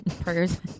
prayers